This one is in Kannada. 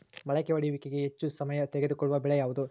ಮೊಳಕೆ ಒಡೆಯುವಿಕೆಗೆ ಹೆಚ್ಚು ಸಮಯ ತೆಗೆದುಕೊಳ್ಳುವ ಬೆಳೆ ಯಾವುದು?